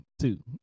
two